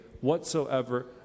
whatsoever